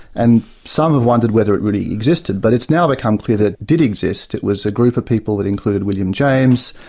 and some have wondered whether it really existed, but it's now become clear that it did exist. it was a group of people that included william james,